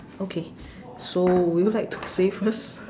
okay so would you like to say first